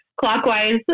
clockwise